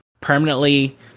permanently